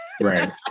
Right